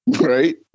Right